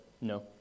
no